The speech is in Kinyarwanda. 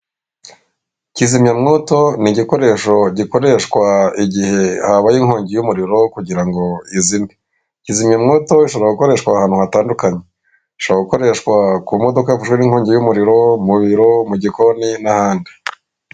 Kizimyamwoto ni igikoresho gikoreshwa igihe habaye inkongi y'umuriro kugira ngo izime. Kizimyamwoto ishobora gukoreshwa ahantu hatandukanye, ishobora gukoreshwa ku modoka yafashwe n'inkongi y'umuriro, mu biro, mu gikoni n'ahandi.